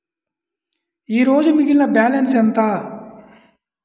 ఈరోజు మిగిలిన బ్యాలెన్స్ ఎంత?